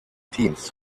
teams